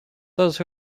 those